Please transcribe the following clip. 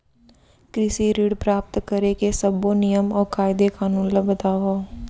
कृषि ऋण प्राप्त करेके सब्बो नियम अऊ कायदे कानून ला बतावव?